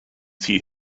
see